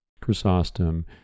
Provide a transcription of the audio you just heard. Chrysostom